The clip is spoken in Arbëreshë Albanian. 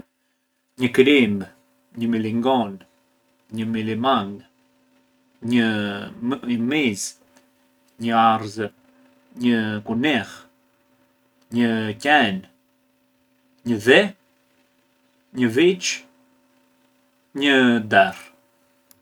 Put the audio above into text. Një krimbë, një milingonë, një milimangë, një një mizë, një arëzë, një kunill, një qen, një dhi, një viç, një derr.